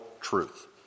truth